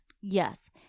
Yes